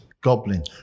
goblin